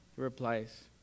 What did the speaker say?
replies